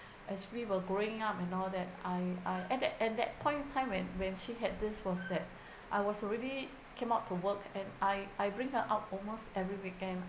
as we were growing up and all that I I at that at that point of time when when she had this was that I was already came out to work and I I bring her out almost every weekend